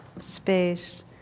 space